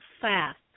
fast